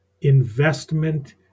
investment